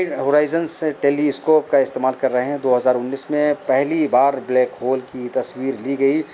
horizon سے telescope کا استعمال کر رہے ہیں دو ہزار انیس میں پہلی بار بلیک ہولس کی تصویر لی گئی